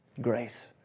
Grace